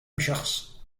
شخص